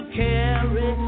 carry